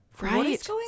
right